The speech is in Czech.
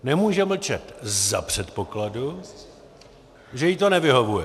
Nemůže mlčet za předpokladu, že jí to nevyhovuje.